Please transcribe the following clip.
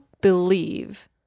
believe